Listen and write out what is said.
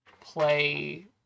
play